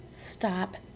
stop